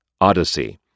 Odyssey